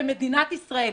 במדינת ישראל.